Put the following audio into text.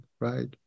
right